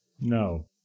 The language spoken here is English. No